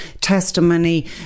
testimony